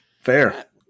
Fair